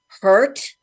hurt